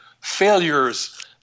failures